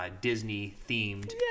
Disney-themed